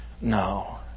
no